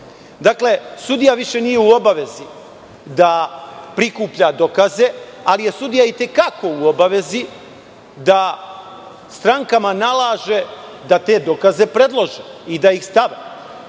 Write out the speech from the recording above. sudija više nije u obavezi da prikuplja dokaze, ali je sudija i te kako u obavezi da strankama nalaže da te dokaze predlože i da ih stave.